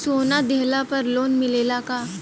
सोना दिहला पर लोन मिलेला का?